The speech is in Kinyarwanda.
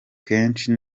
kenshi